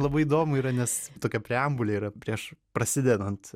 labai įdomu yra nes tokia preambulė yra prieš prasidedant